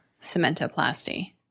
cementoplasty